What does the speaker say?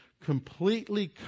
completely